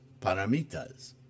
paramitas